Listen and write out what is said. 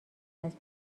است